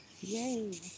Yay